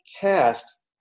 cast